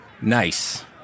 nice